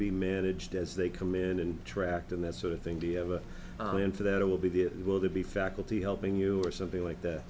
be managed as they come in and attract and that sort of thing do you ever go into that it will be the we will be faculty helping you or something like that